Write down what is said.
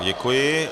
Děkuji.